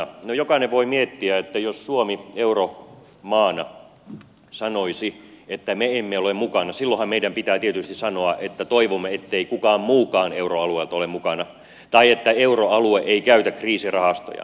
no jokainen voi miettiä että jos suomi euromaana sanoisi että me emme ole mukana silloinhan meidän pitää tietysti sanoa että toivomme ettei kukaan muukaan euroalueelta ole mukana tai että euroalue ei käytä kriisirahastojaan